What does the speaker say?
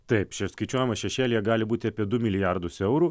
taip čia skaičiuojama šešėlyje gali būti apie du milijardus eurų